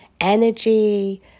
energy